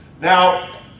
Now